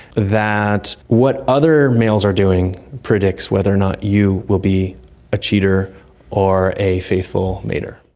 that what other males are doing predicts whether or not you will be a cheater or a faithful mater.